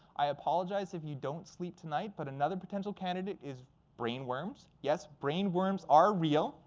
i apologize if you don't sleep tonight. but another potential candidate is brain worms. yes, brain worms are real.